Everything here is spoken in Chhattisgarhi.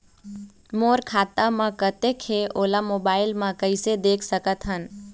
मोर खाता म कतेक हे ओला मोबाइल म कइसे देख सकत हन?